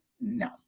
No